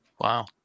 Wow